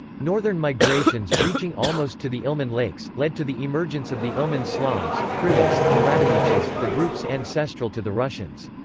northern migrations, reaching almost to the ilmen lakes, led to the emergence of the ilmen slavs, krivichs, and radimichs, the groups ancestral to the russians.